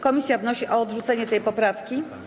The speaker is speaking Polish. Komisja wnosi o odrzucenie tej poprawki.